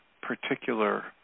particular